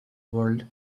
world